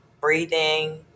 breathing